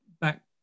back